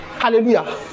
hallelujah